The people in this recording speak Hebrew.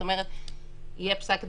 זאת אומרת שיהיה פסק דין,